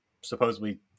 supposedly